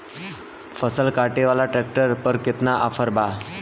फसल काटे वाला ट्रैक्टर पर केतना ऑफर बा?